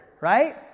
right